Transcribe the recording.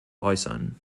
äußern